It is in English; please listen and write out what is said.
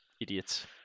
idiots